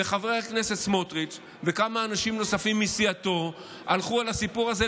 וחברי הכנסת סמוטריץ' וכמה אנשים נוספים מסיעתו הלכו על הסיפור הזה,